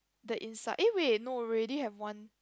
the inside eh wait no we already have one